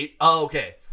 Okay